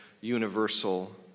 universal